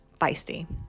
feisty